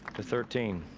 to thirteen.